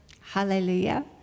Hallelujah